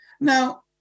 Now